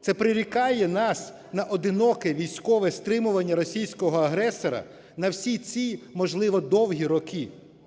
Це прирікає нас на одиноке військове стримування російського агресора на всі ці, можливо, довгі роки.